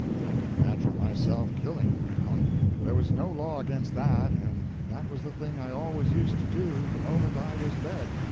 i could imagine myself killing brown there was no law against that, and that was the thing i always used to do the moment i was abed.